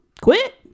Quit